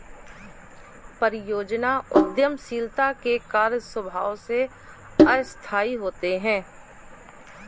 परियोजना उद्यमशीलता के कार्य स्वभाव से अस्थायी होते हैं